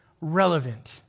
relevant